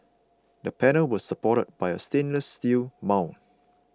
the panels were supported by a stainless steel mount